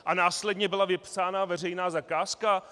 A následně byla vypsána veřejná zakázka?